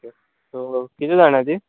okay so किदें जाणा ती